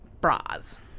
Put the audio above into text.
bras